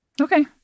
Okay